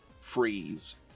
freeze